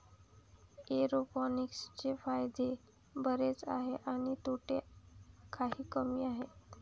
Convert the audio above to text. एरोपोनिक्सचे फायदे बरेच आहेत आणि तोटे काही कमी आहेत